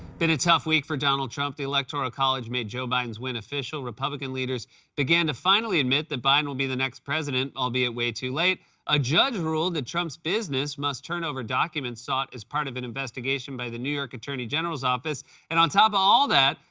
been a tough week for donald trump. the electoral college made joe biden's win official republican leaders began to finally admit that biden will be the next president, albeit way too late a judge ruled that trump's business must turn over documents sought as part of an investigation by the new york attorney general's office and, on top of all that,